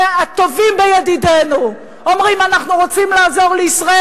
והטובים בידידינו אומרים: אנחנו רוצים לעזור לישראל,